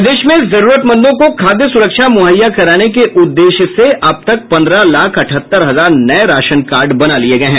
प्रदेश में जरूरतमंदों को खाद्य सुरक्षा मुहैया कराने के उद्देश्य से अब तक पंद्रह लाख अठहत्तर हजार नये राशन कार्ड बना लिये गये हैं